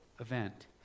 event